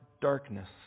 darkness